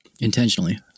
Intentionally